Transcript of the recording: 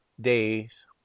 days